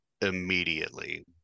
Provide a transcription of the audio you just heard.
immediately